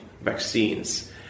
vaccines